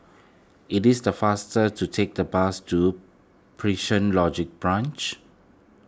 it is the faster to take the bus to Prison Logistic Branch